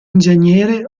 ingegnere